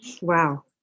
Wow